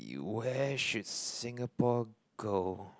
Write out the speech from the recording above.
where should Singapore go